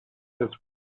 this